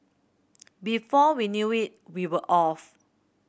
before we knew it we were off